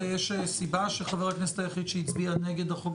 יש סיבה שחבר הכנסת היחיד שהצביע נגד החוק